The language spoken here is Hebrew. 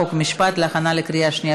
חוק ומשפט נתקבלה.